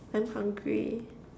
I'm hungry